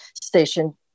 station